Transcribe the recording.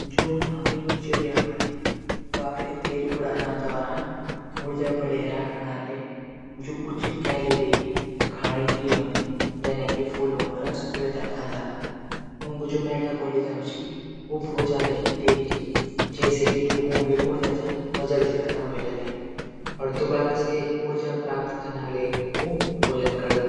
जू हुमिंगचिडिया हूंदी वा अपडी तेज उडान दौरान ऊर्जा बणै राखणे लै उच कैलोरी खाण रैंदी जनकि फूलों रस वे थे खांदा। ऊंक जू मैटाबालिजम च ऊ बहुत ज्यादा ही तेज च। जैसे की ऊंकी जू बहुत ज्यादा ऊर्जा च व जल्दी खत्म ह्वे जांदा। अर ऊ दुबारा से ऊर्जा प्राप्त कनो तै भोजन करदा।